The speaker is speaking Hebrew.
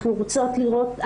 אנחנו רוצות לראות,